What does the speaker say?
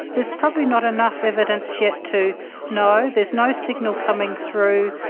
there's probably not enough evidence yet to know. there's no signal coming through